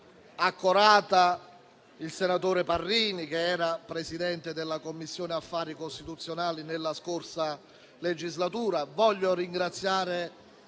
accorata il senatore Parrini, che era Presidente della Commissione affari costituzionali nella scorsa legislatura. Voglio ringraziare